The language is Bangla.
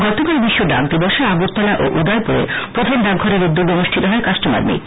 গতকাল বিশ্ব ডাক দিবসে আগরতলা ও উদয়পুরে প্রধান ডাকঘরের উদ্যোগে অনুষ্ঠিত হয় কাষ্টমার মিট